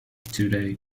today